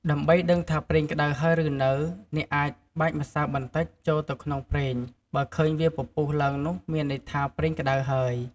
ដើម្បីដឹងថាប្រេងក្ដៅហើយឬនៅ អ្នកអាចបាចម្សៅបន្តិចចូលទៅក្នុងប្រេង បើឃើញវាពពុះឡើងនោះមានន័យថាប្រេងក្ដៅហើយ។